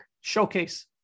Showcase